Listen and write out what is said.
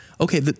Okay